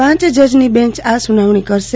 પાંચ જજની બેન્ચ આ સુનાવણી કરશે